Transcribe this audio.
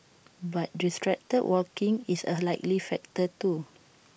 but distracted walking is A likely factor too